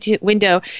window